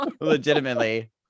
Legitimately